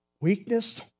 Weakness